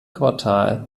quartal